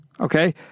Okay